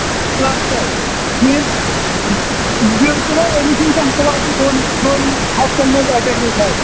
بالکُل حظ أمِس چھُنہٕ زانٛہہ کٕلاسَس منٛز دۄن دۄہَن ہفتَس ایٹینٛڈینس آسان